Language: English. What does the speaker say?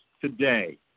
today